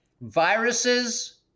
viruses